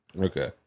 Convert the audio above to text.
Okay